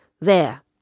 There